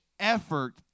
Effort